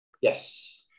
Yes